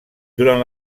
durant